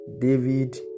David